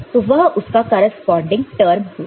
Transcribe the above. तो वह उसका करेस्पॉन्डिंग टर्म होगा